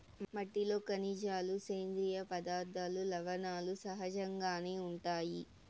మట్టిలో ఖనిజాలు, సేంద్రీయ పదార్థాలు, లవణాలు సహజంగానే ఉంటాయి